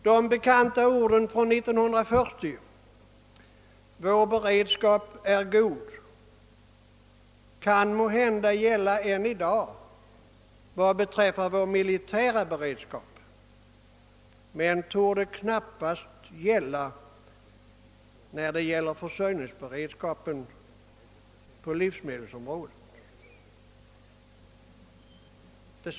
De bekanta orden från 1940 »vår beredskap är god» gäller måhända än i dag vad beträffar vår militära beredskap men torde knap past gälla för försörjningsberedskapen på livsmedelsområdet.